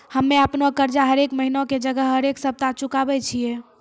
हम्मे अपनो कर्जा हरेक महिना के जगह हरेक सप्ताह चुकाबै छियै